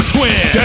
Twin